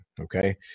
Okay